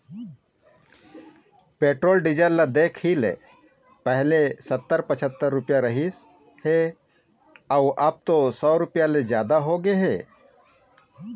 petrol diesel ल देखले पहिली सत्तर, पछत्तर रूपिया रिहिस हे अउ अब तो सौ रूपिया ले जादा होगे हे